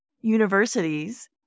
universities